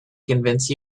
convince